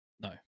No